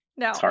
No